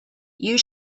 you